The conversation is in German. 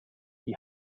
die